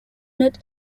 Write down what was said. unit